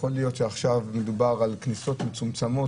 שיכול להיות שמדובר על כניסות מצומצמות.